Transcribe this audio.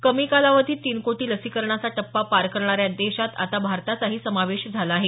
कमी कालावधीत तीन कोटी लसीकरणाचा टप्पा पार करणाऱ्या देशात आता भारताचाही समावेश झाला आहे